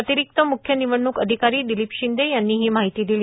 अतिरिक्त मुख्य निवडणूक अधिकारी दिलीप शिंदे यांनी ही माहिती दिली